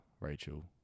Rachel